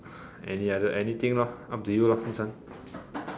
any other anything lor up to you lor this one